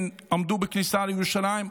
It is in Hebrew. עמדו בכניסה לירושלים,